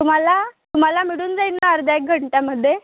तुम्हाला तुम्हाला मिळून जाईन ना अर्ध्या एक घंट्यामध्ये